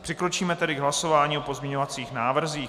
Přikročíme tedy k hlasování o pozměňovacích návrzích.